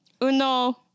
Uno